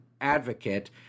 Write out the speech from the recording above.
advocate